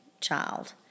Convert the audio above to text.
child